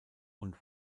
und